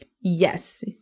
yes